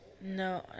No